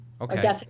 Okay